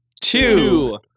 two